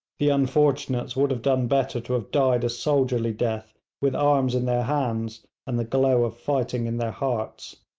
the unfortunates would have done better to have died a soldierly death, with arms in their hands and the glow of fighting in their hearts.